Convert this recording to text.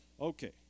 okay